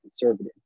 conservative